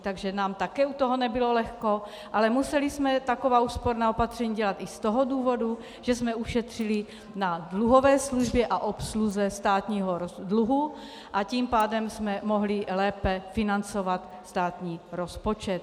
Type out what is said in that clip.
Takže nám u toho také nebylo lehko, ale museli jsme taková úsporná opatření dělat i z toho důvodu, že jsme ušetřili na dluhové službě a obsluze státního druhu, a tím pádem jsme mohli lépe financovat státní rozpočet.